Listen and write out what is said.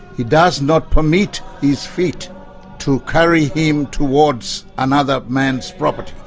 he does not permit his feet to carry him towards another man's property.